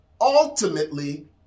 Ultimately